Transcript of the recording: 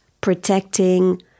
protecting